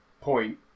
point